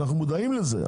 אנחנו מודעים לזה.